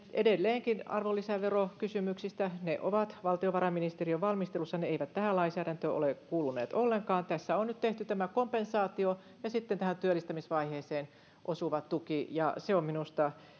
edelleenkin myös arvonlisäverokysymyksistä ne ovat valtiovarainministeriön valmistelussa ne eivät tähän lainsäädäntöön ole kuuluneet ollenkaan tässä on nyt tehty tämä kompensaatio ja sitten työllistämisvaiheeseen osuva tuki ja se on minusta